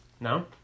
No